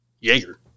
Jaeger